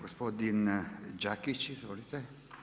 Gospodin Đakić, izvolite.